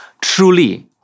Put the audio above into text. truly